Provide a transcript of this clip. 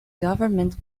government